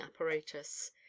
apparatus